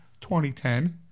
2010